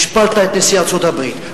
השפלת את נשיא ארצות-הברית,